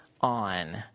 on